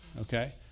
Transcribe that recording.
Okay